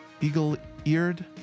eagle-eared